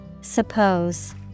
Suppose